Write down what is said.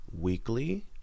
weekly